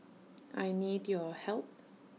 I need your help